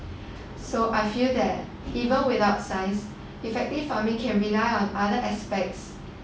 so I feel that even without science effective farming can rely on other aspects